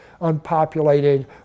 unpopulated